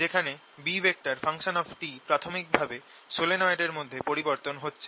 যেখানে B প্রাথমিক ভাবে সলিনয়েডের মধ্যে পরিবর্তন হচ্ছে